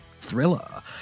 thriller